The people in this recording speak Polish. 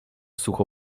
sucho